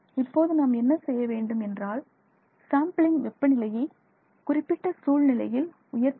இப்போது நாம் என்ன செய்ய வேண்டும் என்றால் சாம்பிளின் வெப்பநிலையை குறிப்பிட்ட சூழ்நிலையில் உயர்த்த வேண்டும்